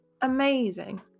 amazing